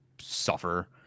suffer